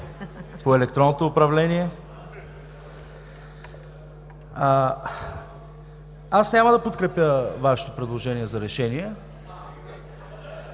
по електронното управление! Аз няма да подкрепя Вашето предложение за Решение,